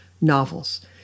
novels